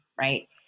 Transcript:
right